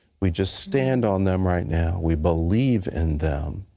we just stand on them right now. we believe in them.